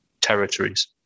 territories